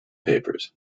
papers